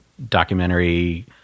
documentary